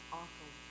awful